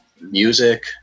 music